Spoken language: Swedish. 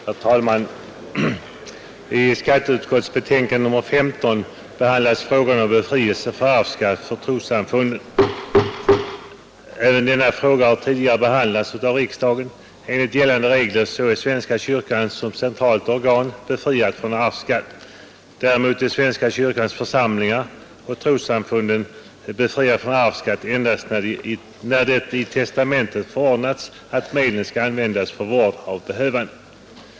Herr talman! I skatteutskottets betänkande nr 15 behandlas frågan om befrielse från arvsskatt för trossamfunden. Även denna fråga har tidigare behandlats av riksdagen. Enligt gällande regler är svenska kyrkan som centralt organ befriad från arvsskatt. Däremot är den svenska kyrkans församlingar och trossamfunden befriade från arvsskatt endast när det i testamentet förordnats att medlen skall användas för vård av behövande.